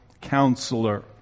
Counselor